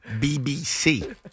BBC